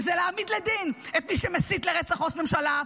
-- וזה להעמיד לדין את מי שמסית לרצח ראש ממשלה,